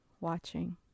watching